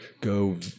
go